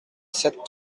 sept